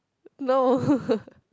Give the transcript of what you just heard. no